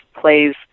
plays